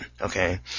Okay